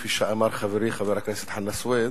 כפי שאמר חברי חבר הכנסת חנא סוייד,